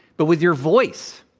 but with your voice.